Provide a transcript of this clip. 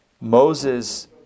Moses